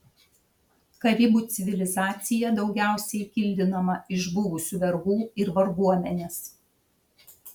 karibų civilizacija daugiausiai kildinama iš buvusių vergų ir varguomenės